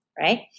right